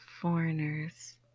foreigners